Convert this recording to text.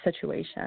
Situation